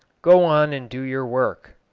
go on and do your work,